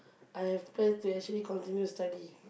I have plan to actually continue study